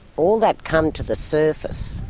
all that come to the surface,